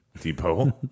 depot